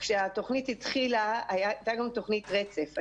כשהתוכנית התחילה, הייתה לנו תוכנית רצף.